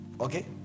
Okay